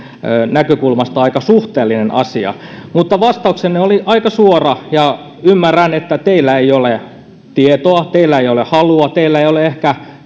näkökulmasta aika suhteellinen asia mutta vastauksenne oli aika suora ja ymmärrän että teillä ei ole tietoa teillä ei ole halua teillä ei ole ehkä